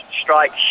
strike